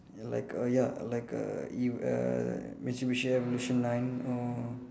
like a ya like a E~ err Mitsubishi evolution nine or